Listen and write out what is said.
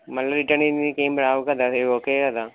మళ్ళా రిటర్న్ ఇవ్వనీకి ఏం రావు కదా అవి ఓకే కదా